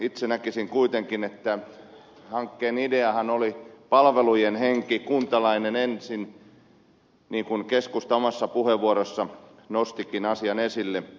itse näkisin kuitenkin että hankkeen ideahan oli palvelujen henki kuntalainen ensin niin kuin keskusta omassa puheenvuorossaan nostikin asian esille